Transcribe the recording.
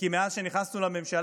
כי מאז שהם נכנסו לממשלה,